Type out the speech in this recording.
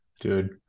Dude